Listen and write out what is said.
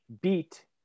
beat